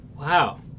Wow